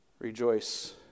Rejoice